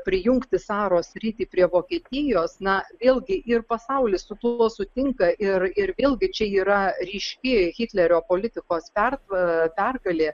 prijungti saro sritį prie vokietijos na vėlgi ir pasaulis su tuo sutinka ir ir vėl gi čia yra ryški hitlerio politikos pertvara pergalė